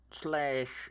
slash